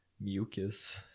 mucus